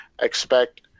expect